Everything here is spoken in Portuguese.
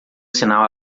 sinal